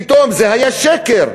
פתאום זה היה שקר.